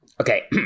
Okay